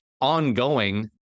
ongoing